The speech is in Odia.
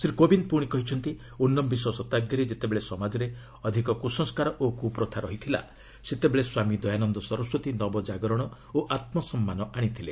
ଶ୍ରୀ କୋବିନ୍ଦ୍ ପୁଣି କହିଛନ୍ତି ଉନବିଂଶ ଶତାବ୍ଦୀରେ ଯେତେବେଳେ ସମାଜରେ ଅଧିକ କୁସଂସ୍କାର ଓ କୁପ୍ରଥା ଥିଲା ସେତେବେଳେ ସ୍ୱାମୀ ଦୟାନନ୍ଦ ସରସ୍ୱତୀ ନବଜାଗରଣ ଓ ଆତ୍ମସମ୍ମାନ ଆଶିଥିଲେ